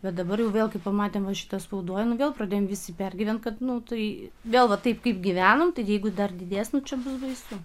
bet dabar jau vėl kai pamatėm va šitą spaudoj nu vėl pradėjom visi pergyvent kad nu tai vėl va taip kaip gyvenom tai jeigu dar didės nu čia bus baisu